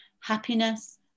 happiness